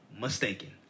mistaken